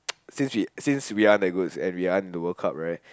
since we since we aren't that good and we aren't the World Cup right